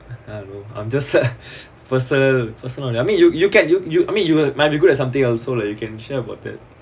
I'm I'm just personal personally I mean you you get you you mean you will you good at something also like you can share about it